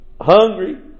Hungry